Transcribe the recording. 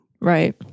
Right